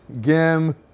Gim